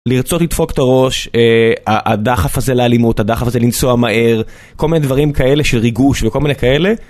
לרצות לדפוק את הראש, הדחף הזה לאלימות, הדחף הזה לנסוע מהר, כל מיני דברים כאלה של ריגוש וכל מיני כאלה.